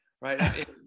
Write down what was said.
Right